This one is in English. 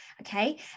okay